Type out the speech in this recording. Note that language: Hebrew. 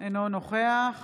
אינו נוכח